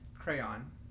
Crayon